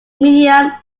medium